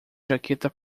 jaqueta